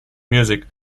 music